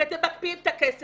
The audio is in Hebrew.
כי אתם מקפיאים את הכסף,